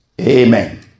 Amen